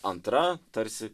antra tarsi